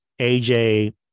AJ